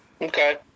okay